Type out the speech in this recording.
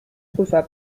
prüfer